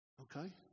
Okay